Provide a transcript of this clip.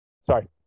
sorry